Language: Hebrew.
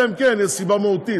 אלא אם כן יש סיבה מהותית,